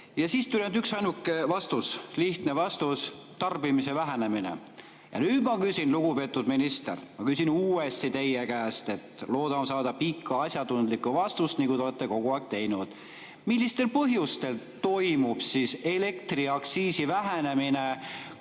Ja siis tuli ainult üksainukene vastus, lihtne vastus: tarbimise vähenemine. Ja nüüd ma küsin, lugupeetud minister, ma küsin uuesti teie käest, lootes saada pikka asjatundlikku vastust, nagu te olete neid kogu aeg [andnud]. Millistel põhjustel toimub elektriaktsiisi [laekumise]